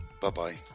Bye-bye